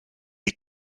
est